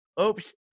Oops